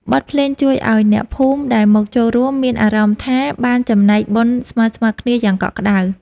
បទភ្លេងជួយឱ្យអ្នកភូមិដែលមកចូលរួម មានអារម្មណ៍ថាបានចំណែកបុណ្យស្មើៗគ្នាយ៉ាងកក់ក្តៅ។